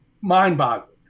mind-boggling